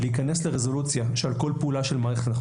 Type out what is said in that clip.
להיכנס לרזולוציה כשעל כל פעולה של מערכת אנחנו